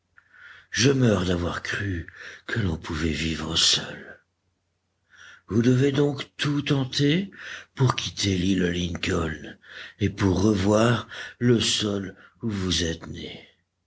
je meurs d'avoir cru que l'on pouvait vivre seul vous devez donc tout tenter pour quitter l'île lincoln et pour revoir le sol où vous êtes nés